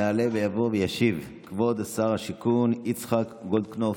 יעלה ויבוא וישיב כבוד שר השיכון יצחק גולדקנופ.